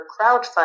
crowdfunding